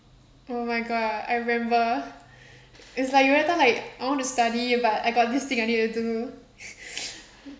oh my god I remember it's like you went on like I want to study but I got this thing I need to do